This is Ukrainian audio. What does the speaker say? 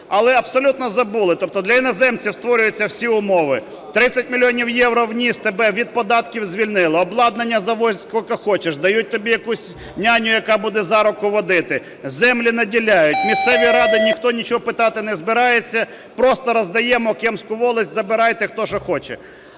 але абсолютно забули, тобто для іноземців створюються всі умови, 30 мільйонів євро вніс, тебе від податків звільнили, обладнання завозь скільки хочеш, дають тобі якусь "няню", яка буде за руку водити, землі наділяють, місцеві ради ніхто нічого питати не збирається, просто роздаємо "Кемську волость", забирайте, хто що хоче.